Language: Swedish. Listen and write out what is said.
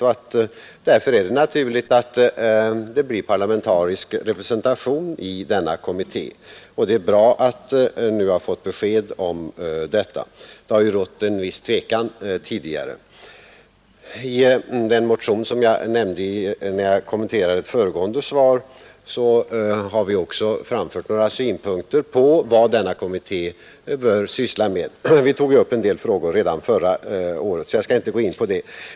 Då är det också naturligt att det blir parlamentarisk representation i denna kommitté, och det är bra att vi nu har fått besked om detta. Det har ju rått en viss tveksamhet tidigare. I den motion som jag nämnde när jag kommenterade ett föregående svar har vi också framfört våra synpunkter på vad denna kommitté bör syssla med. Vi tog ju också upp en del av dessa frågor redan förra året, så jag skall inte gå in på det.